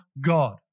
God